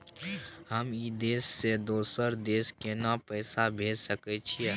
हम ई देश से दोसर देश केना पैसा भेज सके छिए?